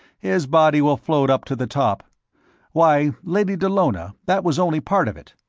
his body will float up to the top why, lady dallona, that was only part of it.